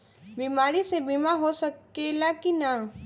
बीमारी मे बीमा हो सकेला कि ना?